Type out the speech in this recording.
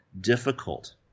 difficult